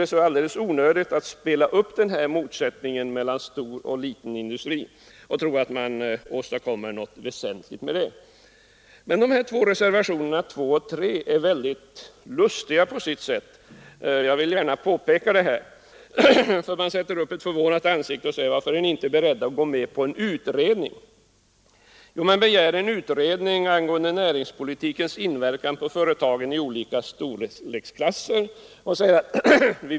Det är alldeles onödigt att spela upp den här motsättningen mellan stor och liten industri och tro att man åstadkommer något väsentligt med det. Reservationerna 2 och 3 är luftiga på sitt sätt. Jag vill gärna påpeka det. Man sätter upp ett mycket förvånat ansikte och undrar varför vi inte är beredda att gå med på en utredning. Man begär en utredning angående näringspolitikens inverkan på företag i olika storleksklasser.